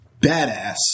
badass